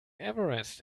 everest